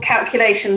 calculations